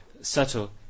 subtle